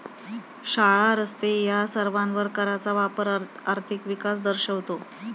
शाळा, रस्ते या सर्वांवर कराचा वापर आर्थिक विकास दर्शवतो